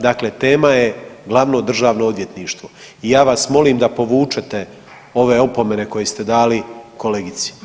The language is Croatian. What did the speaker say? Dakle tema je Glavno državno odvjetništvo i ja vas molim da povučete ove opomene koje ste dali kolegici.